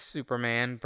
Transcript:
Superman